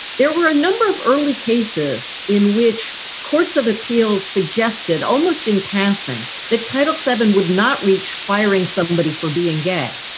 there were a number of early cases in which courts of appeals suggested almost in passing that title seven would not reach firing somebody for being gay.